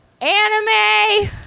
anime